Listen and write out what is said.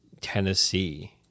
Tennessee